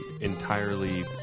entirely